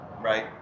right